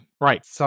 Right